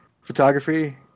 photography